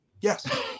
Yes